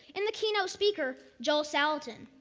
and the keynote speaker, joel salatin.